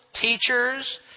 Teachers